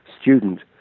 student